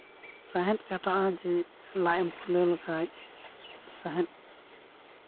ᱥᱟᱦᱮᱸᱫ ᱠᱟᱴᱟᱜᱼᱟ ᱡᱮ ᱞᱟᱡᱼᱮᱢ ᱯᱷᱩᱞᱟᱹᱣ ᱞᱮᱠᱷᱟᱱ ᱥᱟᱦᱮᱸᱫ